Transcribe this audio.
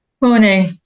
Morning